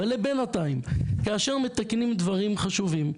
אבל לבינתיים, כאשר מתקנים דברים חשובים.